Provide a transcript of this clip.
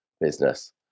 business